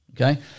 Okay